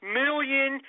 million